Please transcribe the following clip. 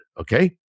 okay